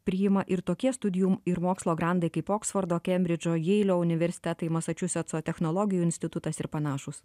priima ir tokie studijų ir mokslo grandai kaip oksfordo kembridžo jeilio universitetai masačusetso technologijų institutas ir panašūs